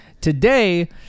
Today